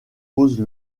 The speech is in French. pose